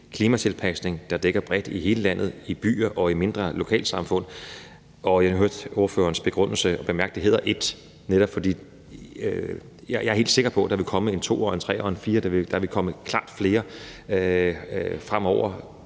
klimatilpasning, der dækker bredt i hele landet, i byer og i mindre lokalsamfund. Jeg hørte ordførerens begrundelse, og bemærk, at den hedder 1, netop fordi jeg er helt sikker på, at der vil komme en 2'er, en 3'er og en 4'er. Der vil klart komme flere fremover,